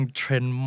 trend